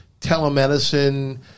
telemedicine